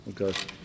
Okay